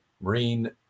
Marine